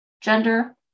gender